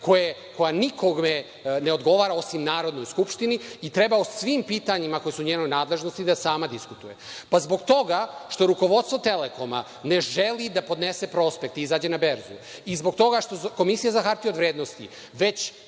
koja nikome ne odgovara osim Narodnoj skupštini i treba o svim pitanjima koja su u njenoj nadležnosti da sama diskutuje. Zbog toga što rukovodstvo „Telekoma“ više ne želi da podnese prospekt i izađe na berzu i zbog toga što Komisija za hartije od vrednosti već